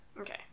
Okay